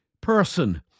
person